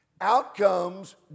Outcomes